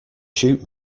shoot